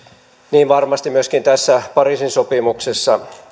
niin varmasti myöskin tässä pariisin sopimuksessa